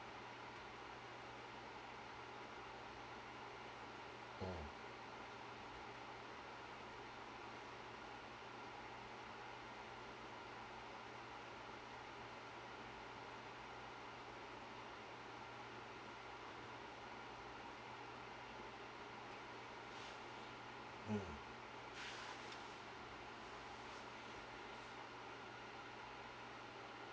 mm mm